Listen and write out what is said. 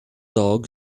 dog